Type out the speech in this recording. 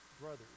brothers